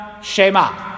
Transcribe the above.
Shema